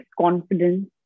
confidence